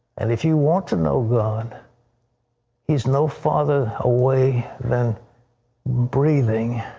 and if you want to know god he is no farther away than breathing.